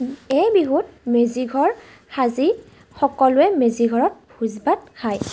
এই বিহুত মেজি ঘৰ সাজি সকলোৱে মেজি ঘৰত ভোজ ভাত খায়